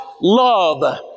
love